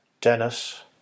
Dennis